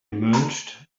emerged